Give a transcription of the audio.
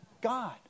God